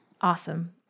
Awesome